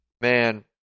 Man